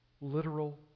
literal